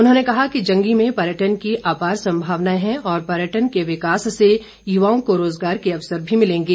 उन्होंने कहा कि जंगी में पर्यटन की अपार संभावना है और पर्यटन के विकास से युवाओं को रोजगार के अवसर मिलेंगे